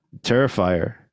Terrifier